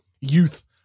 youth